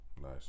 Nice